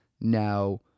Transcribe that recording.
Now